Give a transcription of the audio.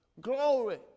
Glory